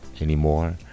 anymore